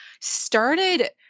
started